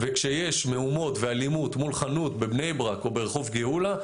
כשיש מהומות ואלימות מול חנות בבני ברק או ברחוב גאולה,